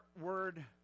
word